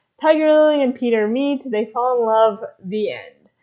tiger lily and peter meet, they fall in love, the end.